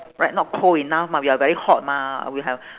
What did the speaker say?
right not cold enough mah we are very hot mah we have